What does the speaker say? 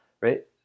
right